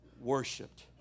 worshipped